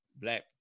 black